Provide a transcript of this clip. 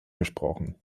gesprochen